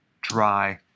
dry